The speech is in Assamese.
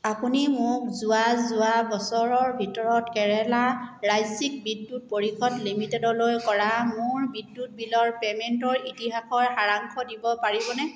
আপুনি মোক যোৱা যোৱা বছৰৰ ভিতৰত কেৰেলা ৰাজ্যিক বিদ্যুৎ পৰিষদ লিমিটেডলৈ কৰা মোৰ বিদ্যুৎ বিলৰ পে'মেণ্টৰ ইতিহাসৰ সাৰাংশ দিব পাৰিবনে